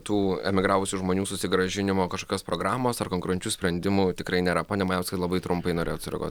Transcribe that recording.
tų emigravusių žmonių susigrąžinimo kažkios programos ar konkurenčių sprendimų tikrai nėra pone majauskai labai trumpai norėjot sureaguot